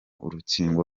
urukingo